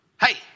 Hey